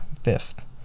fifth